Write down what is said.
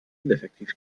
ineffektiv